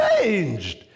changed